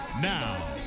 Now